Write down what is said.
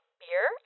beer